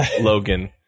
Logan